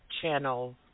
channel